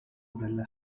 della